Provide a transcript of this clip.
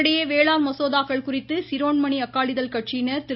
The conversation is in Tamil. இதனிடையே வேளாண் மசோதாக்கள் குறித்து சிரோன்மனி அகாலிதள் கட்சியினர் திரு